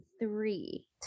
three